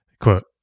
quote